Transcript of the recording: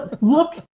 look